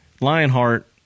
Lionheart